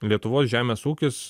lietuvos žemės ūkis